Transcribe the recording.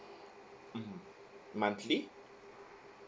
monthly